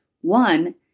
one